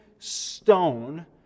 stone